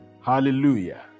Hallelujah